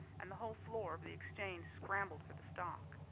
and the whole floor of the exchange scrambled for the stock.